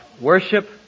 worship